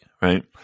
right